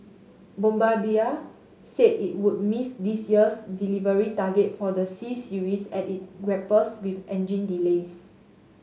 Bombardier said it would miss this year's delivery target for the C Series as it grapples with engine delays